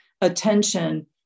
attention